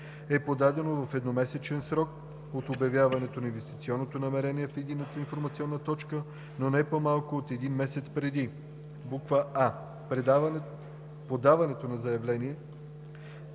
е подадено в едномесечен срок от обявяването на инвестиционното намерение в Единната информационна точка, но не по-малко от един месец преди: а) подаването на заявление